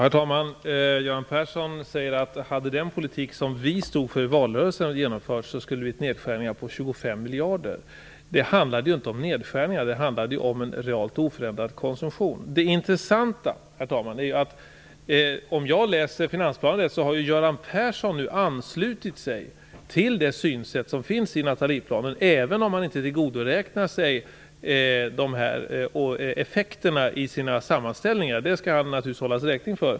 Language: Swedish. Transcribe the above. Herr talman! Göran Persson säger att om den politik som vi stod för i valrörelsen hade genomförts skulle det ha blivit nedskärningar med 25 miljarder. Det handlade ju inte om nedskärningar, utan det handlade om en realt oförändrad konsumtion. Om jag läser finansplanen rätt har Göran Persson nu anslutit sig till det synsätt som fanns i Nathalieplanen, även om han i sina sammanställningar inte tillgodoräknar sig effekterna - det skall han naturligtvis hållas räkning för.